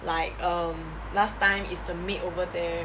like um last time is the maid over there